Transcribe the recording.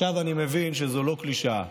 עכשיו אני מבין שזו לא קלישאה,